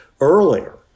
earlier